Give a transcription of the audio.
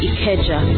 Ikeja